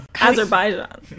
Azerbaijan